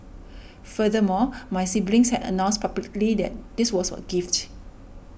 furthermore my siblings had announced publicly that this was a gift